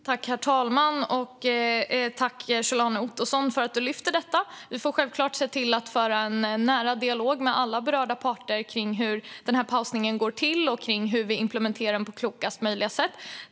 Herr talman! Tack, Kjell-Arne Ottosson, för att du tar upp detta! Vi får självklart föra en nära dialog med alla berörda parter om hur pausningen går till och hur vi implementerar den på klokast möjliga sätt.